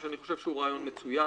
שאני חושב שהוא רעיון מצוין,